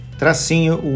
tracinho